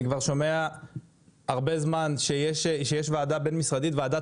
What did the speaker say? אני כבר שומע הרבה זמן שיש ועדה בין משרדית ועדה